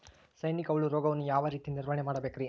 ಸೈನಿಕ ಹುಳು ರೋಗವನ್ನು ಯಾವ ರೇತಿ ನಿರ್ವಹಣೆ ಮಾಡಬೇಕ್ರಿ?